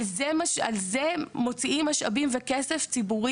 על זה מוציאים משאבים וכסף ציבורי?